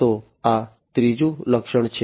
તો આ ત્રીજું લક્ષણ છે